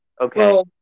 Okay